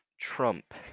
Trump